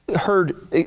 heard